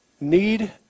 need